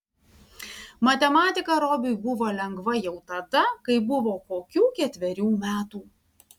matematika robiui buvo lengva jau tada kai buvo kokių ketverių metų